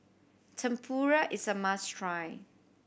Tempura is a must try